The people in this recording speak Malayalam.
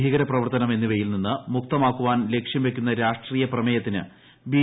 ഭീകര പ്രവർത്തനം എന്നിവയിൽ നിന്ന് മുക്തമാക്കുവാൻ ലക്ഷൃംവെയ്ക്കുന്ന രാഷ്ട്രീയ പ്രമേയത്തിന് ബി